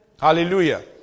Hallelujah